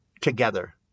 together